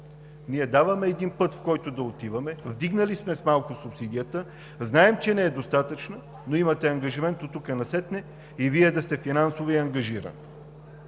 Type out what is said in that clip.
Даваме един път, по който да отиваме, вдигнали сме с малко субсидията, знаем, че не е достатъчна, но „имате ангажимент оттук насетне и Вие да сте финансово ангажирани“.